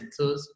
sensors